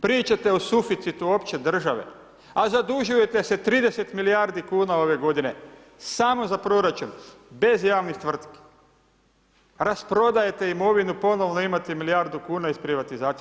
Pričate o suficitu opće države a zadužujete se 30 milijardi kuna ove godine, samo za proračun bez javnih tvrtki, rasprodajte imovinu, ponovno imate milijardu kuna iz privatizacije.